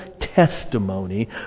testimony